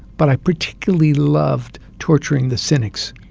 but i particularly loved torturing the cynics,